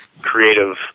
creative